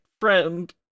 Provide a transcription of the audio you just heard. friend